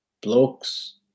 bloke's